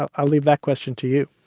i leave that question to you